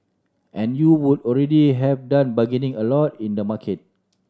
and you would already have done bargaining a lot in the market